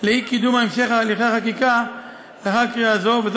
לאי-קידום המשך הליכי החקיקה לאחר קריאה זו עד